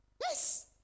Yes